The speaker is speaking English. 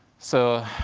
so,